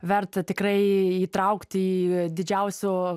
verta tikrai įtraukti į didžiausių